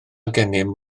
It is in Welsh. gennym